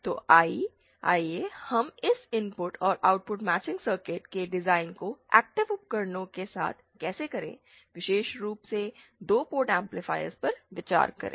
तो आइए हम इस इनपुट और आउटपुट माचिंग सर्किट के डिजाइन को एक्टिव उपकरणों के लिए कैसे करें विशेष रूप से 2 पोर्ट एम्पलीफायरों पर विचार करें